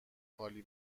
خالی